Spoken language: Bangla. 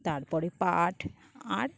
তারপরে পাট আর